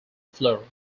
floor